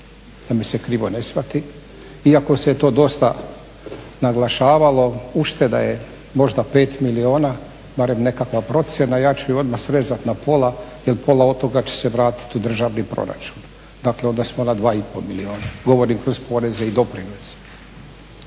da me se krivo ne shvati, iako se to dosta naglašavalo. Ušteda je možda 5 milijuna barem nekakva procjena, ja ću je odmah srezati na pola jer pola od toga će se vratiti u državni proračun, dakle onda smo na 2,5 milijuna, govorim kroz poreze i doprinose.